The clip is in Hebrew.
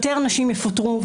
יותר נשים יפוטרו,